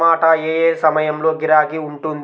టమాటా ఏ ఏ సమయంలో గిరాకీ ఉంటుంది?